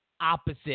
opposite